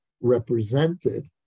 represented